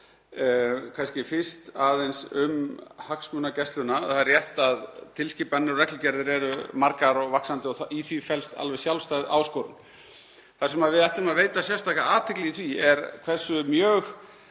risamál. Fyrst aðeins um hagsmunagæsluna. Það er rétt að tilskipanir og reglugerðir eru margar og vaxandi og í því felst alveg sjálfstæð áskorun. Það sem við ættum að veita sérstaka athygli í því er hversu mjög